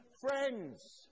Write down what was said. friends